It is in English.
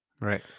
Right